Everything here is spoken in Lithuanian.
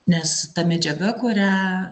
nes ta medžiaga kurią